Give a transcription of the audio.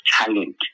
talent